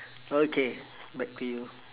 okay back to you